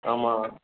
ஆமாம்